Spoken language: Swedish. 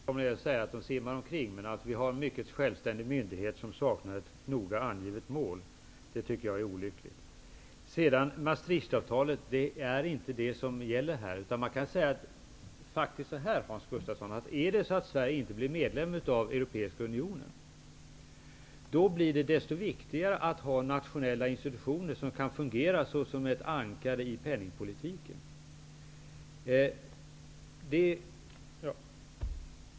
Herr talman! Man kanske inte kan säga att de simmar omkring, men vi har en mycket självständig myndighet som saknar ett noga angivet mål. Det tycker jag är olyckligt. Det som gäller här är inte Maastrichtavtalet. Blir Gustafsson, blir det desto viktigare att ha nationella institutioner som kan fungera som ett ankare i penningpolitiken.